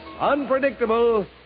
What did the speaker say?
unpredictable